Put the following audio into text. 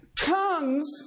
Tongues